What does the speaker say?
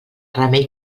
remei